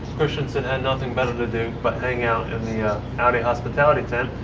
kristensen had nothing better to do but hang out in the audi hospitality tent.